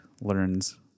learns